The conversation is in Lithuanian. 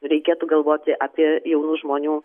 reikėtų galvoti apie jaunų žmonių